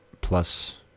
plus